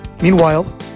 Meanwhile